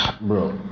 Bro